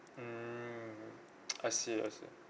mmhmm I see I see